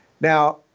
Now